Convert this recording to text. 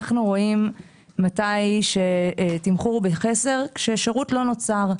אנחנו רואים מתי תמחור בחסר כשהשירות לא נוצר,